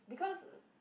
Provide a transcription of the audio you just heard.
because